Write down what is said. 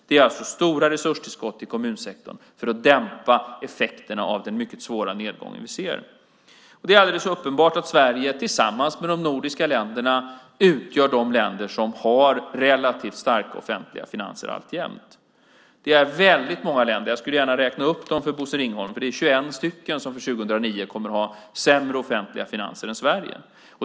Det är alltså stora resurstillskott till kommunsektorn för att dämpa effekterna av den mycket svåra nedgång vi ser. Det är alldeles uppenbart att Sverige tillsammans med de nordiska länderna utgör de länder som har relativt starka offentliga finanser alltjämt. Det är väldigt många länder, jag skulle gärna räkna upp dem för Bosse Ringholm, det är 21 stycken, som 2009 kommer att ha sämre offentliga finanser än Sverige.